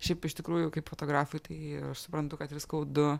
šiaip iš tikrųjų kaip fotografui tai aš suprantu kad ir skaudu